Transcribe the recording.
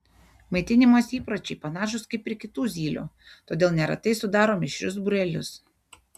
maitinimosi įpročiai panašūs kaip ir kitų zylių todėl neretai sudaro mišrius būrelius